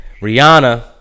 Rihanna